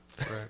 right